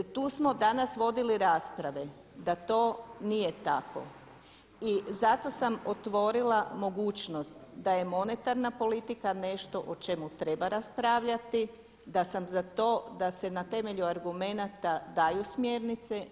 Tu smo danas vodili rasprave da to nije tako i zato sam otvorila mogućnost da je monetarna politika nešto o čemu treba raspravljati, da sam za to da se na temelju argumenata daju smjernice.